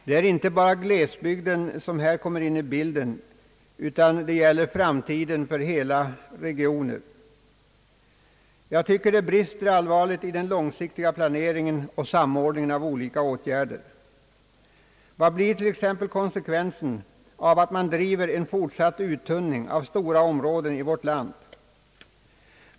Det är inte bara glesbygder som här kommer in i bilden, utan det gäller framtiden för hela regioner. Jag anser att det brister allvarligt i den långsiktiga planeringen och samordningen av olika åtgärder. Vad blir t.ex. konsekvensen av att man driver en fortsatt uttunning av stora områden i vårt land?